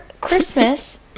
Christmas